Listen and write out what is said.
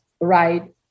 right